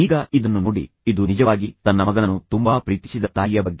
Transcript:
ಈಗ ಇದನ್ನು ನೋಡಿ ಇದು ನಿಜವಾಗಿ ತನ್ನ ಮಗನನ್ನು ತುಂಬಾ ಪ್ರೀತಿಸಿದ ತಾಯಿಯ ಬಗ್ಗೆ